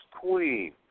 queen